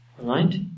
Right